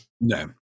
No